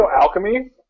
Alchemy